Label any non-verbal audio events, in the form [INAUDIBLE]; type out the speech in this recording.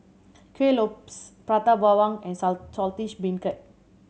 Kuih Lopes Prata Bawang and [UNINTELLIGIBLE] Saltish Beancurd